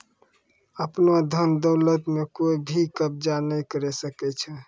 आपनो धन दौलत म कोइ भी कब्ज़ा नाय करै सकै छै